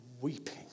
weeping